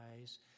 eyes